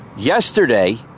Yesterday